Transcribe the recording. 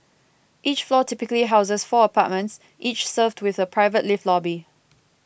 each floor typically houses four apartments each served with a private lift lobby